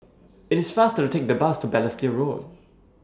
IT IS faster to Take The Bus to Balestier Road